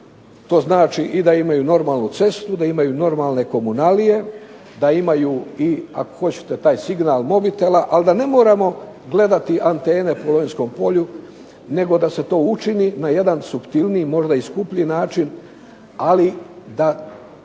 To znači i da imaju normalnu cestu, da imaju normalne komunalije, da imaju i taj signal mobitela, ali da ne moramo gledati antene po Lonjskom polju nego da se to učini na jedan suptilniji možda i skuplji način, ali da